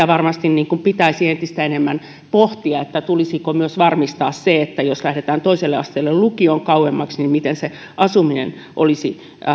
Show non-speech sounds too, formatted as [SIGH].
[UNINTELLIGIBLE] varmasti pitäisi entistä enemmän pohtia tulisiko varmistaa myös se että jos lähdetään toiselle asteelle lukioon kauemmaksi miten se asuminen olisi